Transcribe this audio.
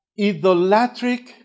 idolatric